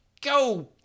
go